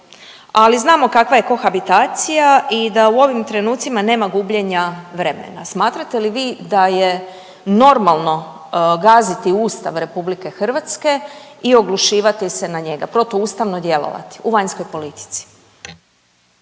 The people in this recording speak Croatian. ali znamo kakva je kohabitacija i da u ovim trenucima nema gubljenja vremena. Smatrate li vi da je normalno gaziti Ustav RH i oglušivati se na njega, protuustavno djelovati u vanjskoj politici?